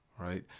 right